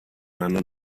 منو